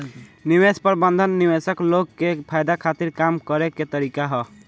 निवेश प्रबंधन निवेशक लोग के फायदा खातिर काम करे के तरीका ह